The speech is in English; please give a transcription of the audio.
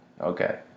Okay